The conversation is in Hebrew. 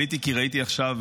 עליתי כי ראיתי עכשיו,